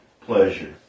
pleasure